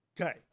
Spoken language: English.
Okay